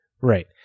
Right